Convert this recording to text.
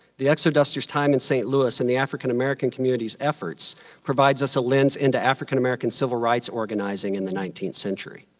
the exodusters' time in st. louis and the african american community's efforts provides us a lens into african american civil rights organizing in the nineteenth century.